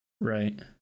Right